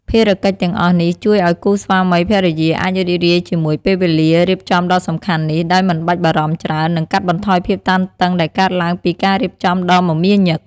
ភារកិច្ចទាំងអស់នេះជួយឲ្យគូស្វាមីភរិយាអាចរីករាយជាមួយពេលវេលារៀបចំដ៏សំខាន់នេះ ដោយមិនបាច់បារម្ភច្រើន និងកាត់បន្ថយភាពតានតឹងដែលកើតឡើងពីការរៀបចំដ៏មមាញឹក។